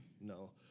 No